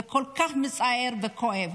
זה כל כך מצער וכואב.